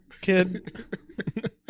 kid